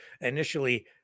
initially